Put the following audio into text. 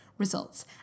results